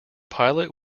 pilot